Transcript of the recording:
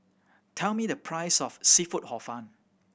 tell me the price of seafood Hor Fun